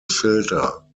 filter